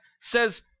says